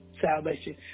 salvation